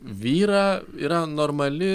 vyrą yra normali